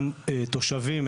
גם תושבים,